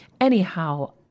Anyhow